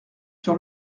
sur